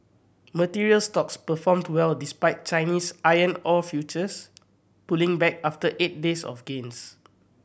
materials stocks performed well despite Chinese iron ore futures pulling back after eight days of gains